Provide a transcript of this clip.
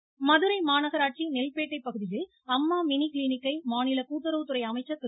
ராஜ மதுரை மாநகராட்சி நெல்பேட்டை பகுதியில் அம்மா மினி கிளினிக்கை மாநில கூட்டுறவுத்துறை அமைச்சர் திரு